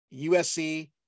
USC